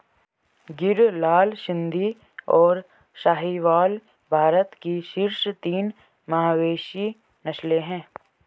गिर, लाल सिंधी, और साहीवाल भारत की शीर्ष तीन मवेशी नस्लें हैं